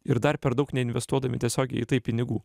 ir dar per daug neinvestuodami tiesiogiai į tai pinigų